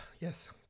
Yes